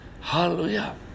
Hallelujah